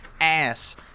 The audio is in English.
Ass